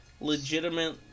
legitimate